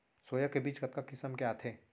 Soya के बीज कतका किसम के आथे?